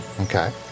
Okay